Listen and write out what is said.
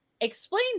explain